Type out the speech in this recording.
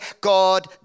God